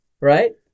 Right